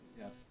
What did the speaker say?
Yes